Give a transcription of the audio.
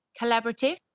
Collaborative